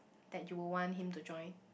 that you would want him to join